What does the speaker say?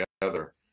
together